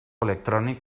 electrònic